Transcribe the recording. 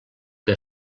que